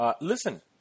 Listen